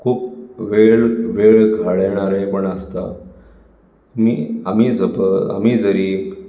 खूब वेळ वेळ घालयणारे पण आसता न्ही आमी जप आमी जरी